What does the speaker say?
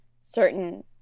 certain